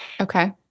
Okay